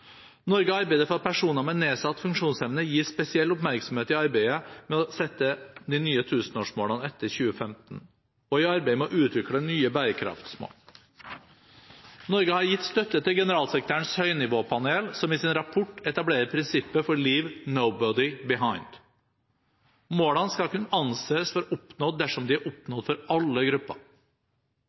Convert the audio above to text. Norge arbeider for at personer med nedsatt funksjonsevne gis spesiell oppmerksomhet i arbeidet med å sette de nye tusenårsmålene etter 2015, og i arbeidet med å utvikle nye bærekraftsmål. Norge har gitt støtte til generalsekretærens høynivåpanel, som i sin rapport etablerer prinsippet «leave nobody behind». Målene skal kun anses for oppnådd dersom de er oppnådd for alle grupper.